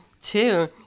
Two